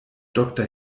doktor